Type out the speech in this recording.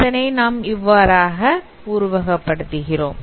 அதனை நாம் இவ்வாறாக உருவக படுத்துகிறோம்